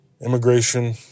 immigration